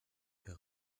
her